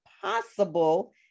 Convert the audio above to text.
possible